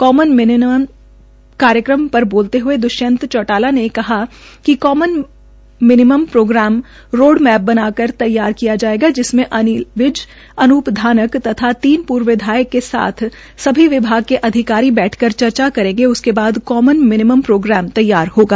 common minimum कार्यक्रम पर बोलते हए द्वष्यंत चौटाला ने कहा कि कॉमन मिनिमम प्रोग्राम रोडमैप बनाकर तैयार किया जाएगा जिसमें अनिल विज अनूप धानक और तीन पूर्व विधायक के साथ सभी विभाग के अधिकारी बैठकर चर्चा करेंगे उसके बाद कॉमन मिनिमम प्रोगाम तैयार होगा